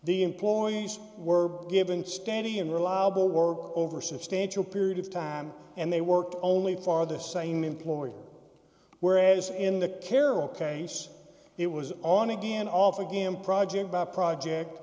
the employees were given steady and reliable were over substantial period of time and they worked only far the same employee whereas in the carroll case it was on again off again project by project